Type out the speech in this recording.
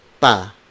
pa